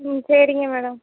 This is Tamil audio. ம் சரிங்க மேடம்